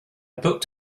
booked